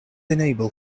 enable